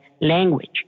language